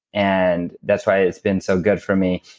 and that's why it's been so good for me,